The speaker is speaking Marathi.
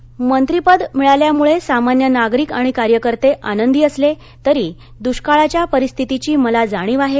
उईके मंत्रीपद मिळाल्यामुळे सामान्य नागरिक आणि कार्यकर्ते आनंदी असले तरी दुष्काळाच्या परिस्थितीची मला जाणीव आहे